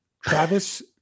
Travis